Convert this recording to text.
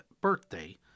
birthday